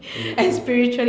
true true